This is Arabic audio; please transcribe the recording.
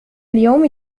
اليوم